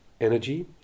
energy